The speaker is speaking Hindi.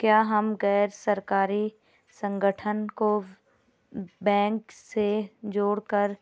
क्या हम गैर सरकारी संगठन को बैंक से जोड़ कर